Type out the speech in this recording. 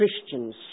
Christians